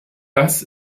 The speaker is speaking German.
das